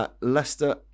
Leicester